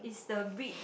is the bit